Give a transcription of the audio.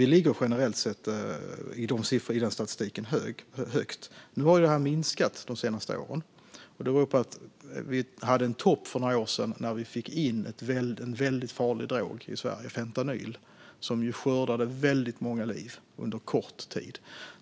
Vi ligger generellt sett högt i statistiken, men siffrorna har sjunkit de senaste åren. Vi hade en topp för några år sedan när vi fick in en väldigt farlig drog i Sverige, fentanyl, som skördade många liv under kort tid.